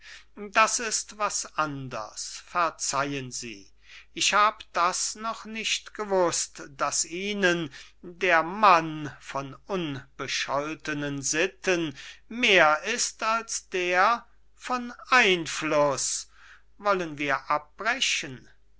das ist was anders verzeihen sie ich habe das noch nicht gewußt daß ihnen der mann von unbescholtenen sitten mehr ist als der von einfluß wollen wir abbrechen